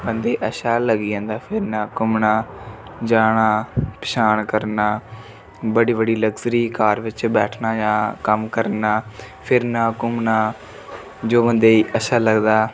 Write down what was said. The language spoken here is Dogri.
बन्दे गी अच्छा लग्गी जंदा फिरना घूमना जाना पंछान करना बड़ी बड़ी लग्जरी कार बिच्च बैठना जां कम्म करना फिरना घूमना जो बन्दे गी अच्छा लगदा